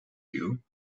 you